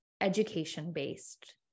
education-based